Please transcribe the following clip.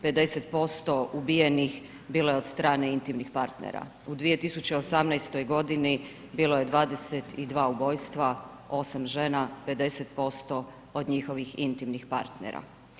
50% ubijenih bilo je od strane intimnih partnera, u 2018. g. bilo je 22 ubojstva, 8 žena, 50% od njihovih intimnih partnera.